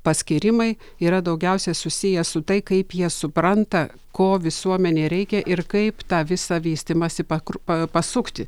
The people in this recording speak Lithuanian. paskyrimai yra daugiausiai susiję su tai kaip jie supranta ko visuomenei reikia ir kaip tą visą vystymąsi pakra pasukti